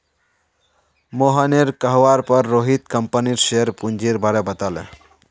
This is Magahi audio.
मोहनेर कहवार पर रोहित कंपनीर शेयर पूंजीर बारें बताले